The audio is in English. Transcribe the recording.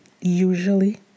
usually